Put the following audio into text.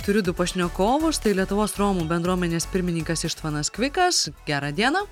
turiu du pašnekovus tai lietuvos romų bendruomenės pirmininkas ištvanas kvikas gerą dieną